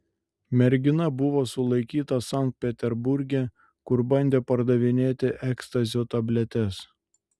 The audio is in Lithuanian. mergina buvo sulaikyta sankt peterburge kur bandė pardavinėti ekstazio tabletes